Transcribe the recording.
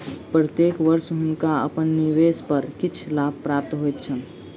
प्रत्येक वर्ष हुनका अपन निवेश पर किछ लाभ प्राप्त होइत छैन